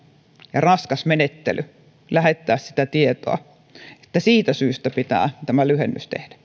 ja raskas menettely lähettää sitä tietoa että siitä syystä pitää tämä lyhennys tehdä